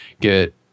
get